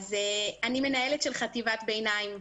אני מנהלת של חטיבת ביניים,